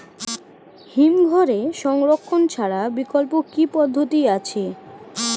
হিমঘরে সংরক্ষণ ছাড়া বিকল্প কি পদ্ধতি আছে?